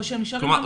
או שהם נשארים בבית.